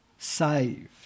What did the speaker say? saved